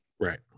Right